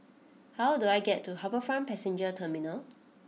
how do I get to HarbourFront Passenger Terminal